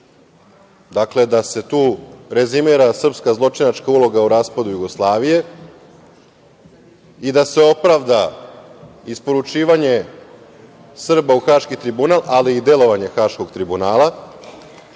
da se tu rezimira srpska zločinačka uloga o raspadu Jugoslavije i da se opravda isporučivanje Srba u Haški tribunal, ali i delovanje Haškog tribunala,